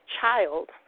child